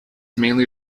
mainly